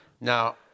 Now